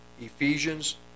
Ephesians